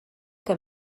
que